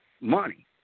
money